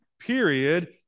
period